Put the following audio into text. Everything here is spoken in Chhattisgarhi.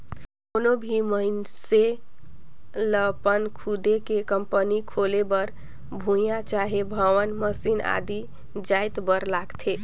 कोनो भी मइनसे लअपन खुदे के कंपनी खोले बर भुंइयां चहे भवन, मसीन आदि जाएत बर लागथे